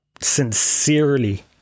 sincerely